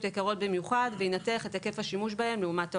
יקרות במיוחד וינתח את היקף השימוש בהן לעומת האומדנים.